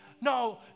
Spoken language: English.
No